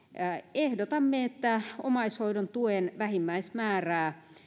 ehdotamme että omaishoidon tuen vähimmäismäärää